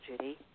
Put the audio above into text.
Judy